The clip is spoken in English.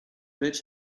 bitch